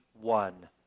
one